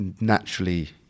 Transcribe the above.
naturally